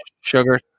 sugar